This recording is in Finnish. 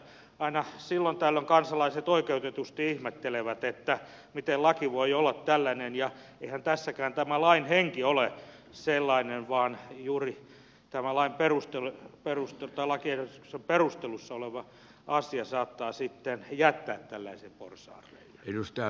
aina silloin tällöin kansalaiset oikeutetusti ihmettelevät miten laki voi olla tällainen ja eihän tässäkään tämä lain henki ole sellainen vaan juuri tämä lakiehdotuksen perustelussa oleva asia saattaa sitten jättää tällaisen porsaanreiän